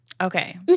Okay